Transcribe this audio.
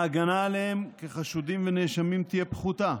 ההגנה עליהם כחשודים ונאשמים תהיה פחותה.